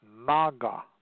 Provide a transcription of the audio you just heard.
Naga